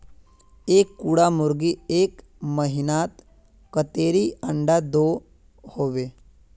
एक कुंडा मुर्गी एक महीनात कतेरी अंडा दो होबे?